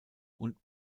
und